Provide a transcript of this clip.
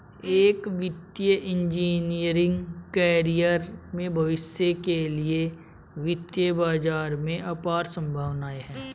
एक वित्तीय engineering career में भविष्य के वित्तीय बाजार में अपार संभावनाएं हैं